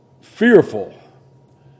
fearful